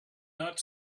not